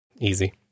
easy